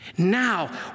Now